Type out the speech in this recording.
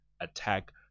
attack